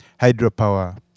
hydropower